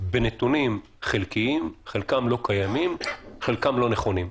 בנתונים חלקיים, חלקם לא קיימים, חלקם לא נכונים.